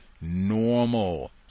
Normal